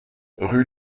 rue